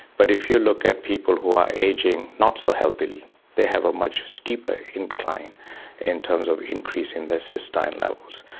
but if you look at people who are aging not so healthily they have a much steeper incline in terms of increasing their cystine levels.